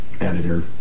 Editor